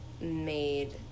made